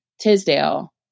Tisdale